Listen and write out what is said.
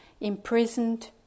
imprisoned